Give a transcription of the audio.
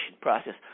process